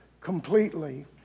completely